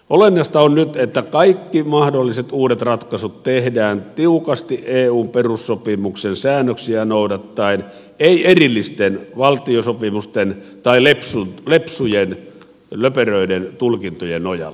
olennaista on nyt että kaikki mahdolliset uudet ratkaisut tehdään tiukasti eun perussopimuksen säännöksiä noudattaen ei erillisten valtiosopimusten tai lepsujen löperöiden tulkintojen nojalla